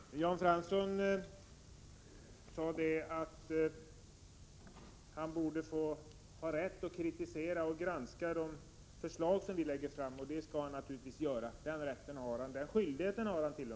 Herr talman! Fransson sade att han borde ha rätt att kritisera och granska de förslag som vi lägger fram, och den rätten ocht.o.m. den skyldigheten har han.